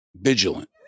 vigilant